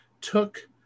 took